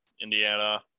Indiana